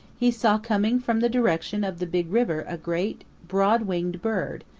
he saw coming from the direction of the big river a great, broad-winged bird,